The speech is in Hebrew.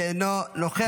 שאינו נוכח.